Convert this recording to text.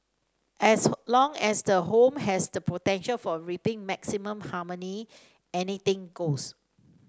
as long as the home has the potential for reaping maximum harmony anything goes